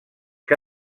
que